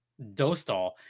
Dostal